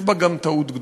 יש בה גם טעות גדולה.